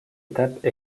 étape